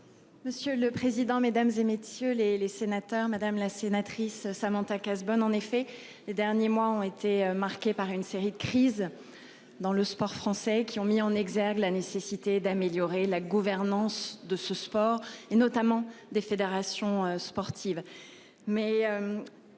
Monsieur le président, Mesdames, et messieurs les les sénateurs, madame la sénatrice, Samantha Cazebonne en effet les derniers mois ont été marqués par une série de crises. Dans le sport français qui ont mis en exergue la nécessité d'améliorer la gouvernance de ce sport, et notamment des fédérations sportives